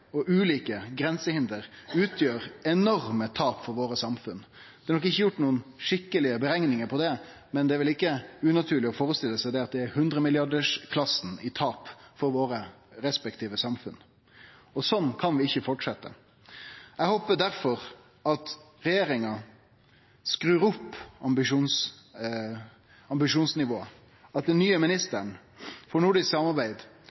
og ulike grensehinder utgjer enorme tap for samfunna våre. Det er nok ikkje gjort skikkelege berekningar på det, men det er vel ikkje unaturleg å førestille seg at det er snakk om tap i 100-millionersklassa for dei respektive samfunna våre. Sånn kan det ikkje fortsetje. Eg håper difor at regjeringa skrur opp ambisjonsnivået, og at den nye ministeren for nordisk samarbeid